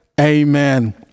Amen